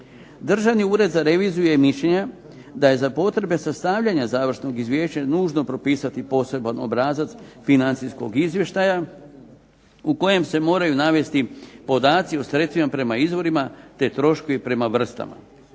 Državni ured za reviziju je mišljenja da je za potrebe sastavljanja završnog izvješća nužno popisati poseban obrazac financijskog izvještaja u kojem se moraju navesti podaci o sredstvima prema izvorima te troškovi prema vrstama.